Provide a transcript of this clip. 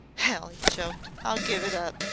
hell! he choked. i'll give it up!